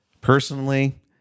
personally